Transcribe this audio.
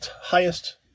highest